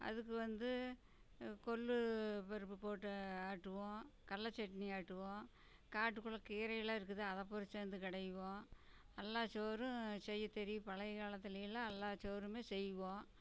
அதுக்கு வந்து கொள்ளு பருப்பு போட்டு ஆட்டுவோம் கல்லைச்சட்னி ஆட்டுவோம் காட்டுக்குள்ளே கீரை எல்லாம் இருக்குது அதை பறிச்சாந்து கிடையுவோம் அல்லா சோறும் செய்ய தெரியும் பழையகாலத்துலை எல்லாம் எல்லா சோறுமே செய்வோம்